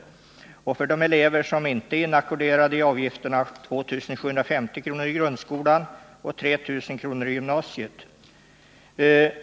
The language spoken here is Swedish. För de elever som ej är inackorderade är avgifterna 2 750 kr. i grundskolan och ca 3 000 kr. i gymnasiet.